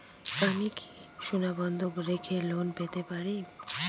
আমি কি সোনা বন্ধক রেখে লোন পেতে পারি?